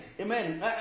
Amen